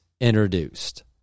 introduced